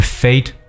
fate